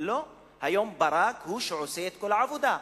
לא, היום ברק הוא שעושה את כל העבודה.